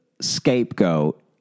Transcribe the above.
scapegoat